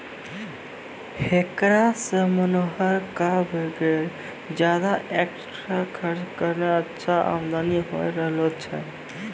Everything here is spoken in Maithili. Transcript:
हेकरा सॅ मनोहर कॅ वगैर ज्यादा एक्स्ट्रा खर्च करनॅ अच्छा आमदनी होय रहलो छै